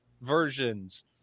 versions